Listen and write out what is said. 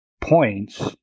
points